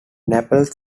naples